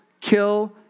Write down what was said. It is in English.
kill